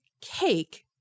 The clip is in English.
cake